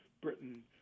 Britain